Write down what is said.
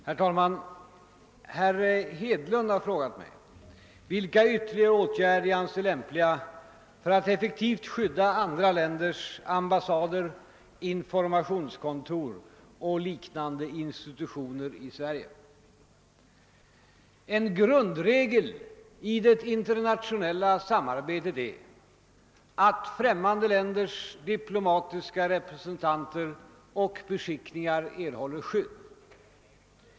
Herr talman! Herr Hedlund har frågat mig vilka ytterligare åtgärder jag anser lämpliga för att effektivt skydda andra länders ambassader, informationskontor och liknande institutioner i Sverige. En grundregel i det internationella samarbetet är att främmande länders diplomatiska representanter och beskickningar åtnjuter skydd.